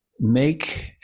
Make